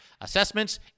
assessments